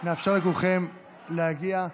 נאפשר לכולכם להגיע.